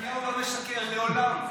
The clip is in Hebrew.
נתניהו לא משקר לעולם.